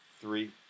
Three